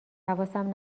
حواسم